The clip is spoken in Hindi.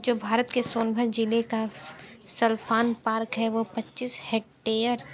जो भारत के सोनभद्र ज़िले का सल्खन पार्क है वो पच्चीस हेक्टेयर